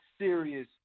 serious